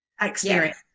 experience